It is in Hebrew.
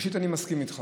ראשית, אני מסכים איתך.